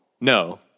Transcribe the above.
No